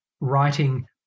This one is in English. writing